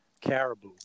caribou